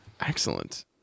Excellent